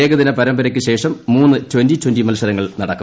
ഏകദിന പരമ്പരയ്ക്ക്ശേഷം മൂന്ന് ട്വന്റി ട്വന്റി മത്സരങ്ങൾ നടക്കും